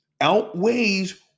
outweighs